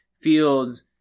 feels